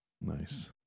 Nice